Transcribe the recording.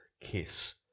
kiss